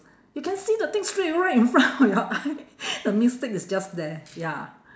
you can see the thing straight away in front of your eye the mistake is just there ya